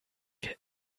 wir